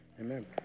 Amen